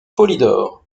polydore